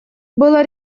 было